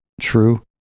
true